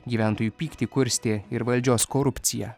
gyventojų pyktį kurstė ir valdžios korupcija